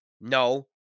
no